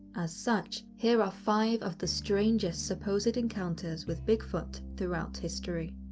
as such, here are five of the strangest supposed encounters with bigfoot throughout history.